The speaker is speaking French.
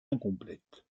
incomplète